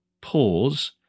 pause